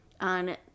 on